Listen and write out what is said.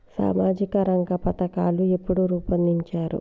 సామాజిక రంగ పథకాలు ఎప్పుడు రూపొందించారు?